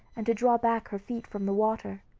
and to draw back her feet from the water.